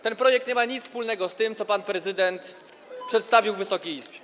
Ten projekt nie ma nic wspólnego z tym, co pan prezydent przedstawił Wysokiej Izbie.